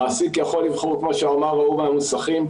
המעסיק יכול לבחור כמו שאמר נציג איגוד המוסכים,